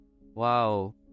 Wow